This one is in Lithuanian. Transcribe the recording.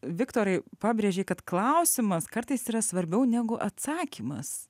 viktorai pabrėžei kad klausimas kartais yra svarbiau negu atsakymas